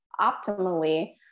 optimally